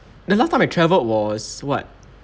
the last time I travelled was what